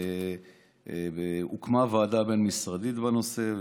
הוקמה ועדה בין-משרדית בנושא.